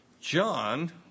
John